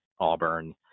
auburn